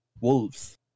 Wolves